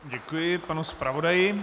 Děkuji panu zpravodaji.